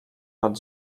nad